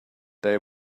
they